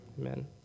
Amen